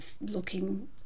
looking